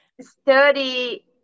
study